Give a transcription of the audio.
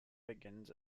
begins